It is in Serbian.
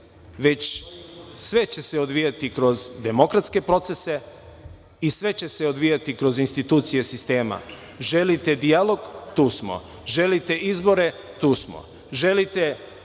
već sve će se odvijati kroz demokratske procese i sve će se odvijati kroz institucije sistema. Želite dijalog? Tu smo. Želite izbore? Tu smo. Želite